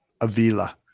Avila